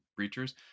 breachers